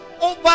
over